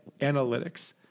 analytics